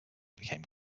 became